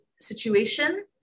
situation